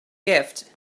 gift